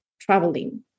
traveling